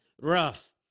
rough